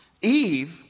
Eve